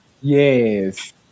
yes